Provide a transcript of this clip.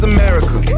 America